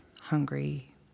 hungry